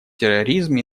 терроризм